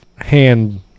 hand